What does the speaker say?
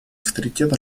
авторитет